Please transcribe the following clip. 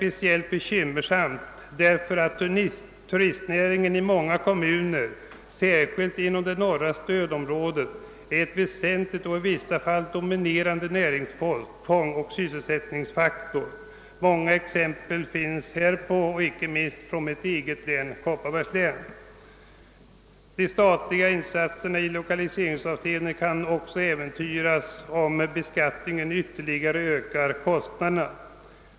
Detta är bekymmersamt speciellt därför att turistnäringen i många kommuner — särskilt inom det norra stödområdet är ett väsentligt och i vissa fall dominerande näringsfång och en viktig sysselsättningsfaktor. Många exempel finns på detta, icke minst i mitt eget län, Kopparbergs län. De statliga insatserna i lokaliseringsavseende kan äventyras, om beskattningen ytterligare ökar kostnaderna.